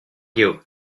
you